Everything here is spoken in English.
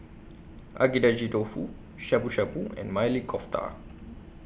Agedashi Dofu Shabu Shabu and Maili Kofta